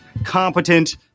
competent